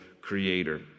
creator